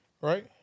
right